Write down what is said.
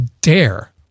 dare